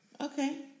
Okay